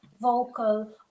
vocal